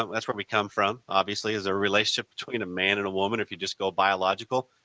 ah that's where we come from, obviously, is a relationship between a man and woman, if you just go biological.